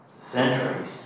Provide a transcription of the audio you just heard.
centuries